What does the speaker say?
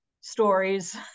stories